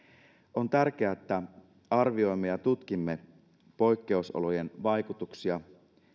on tärkeää että arvioimme ja tutkimme poikkeusolojen vaikutuksia